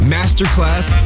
Masterclass